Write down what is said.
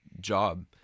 job